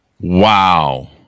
Wow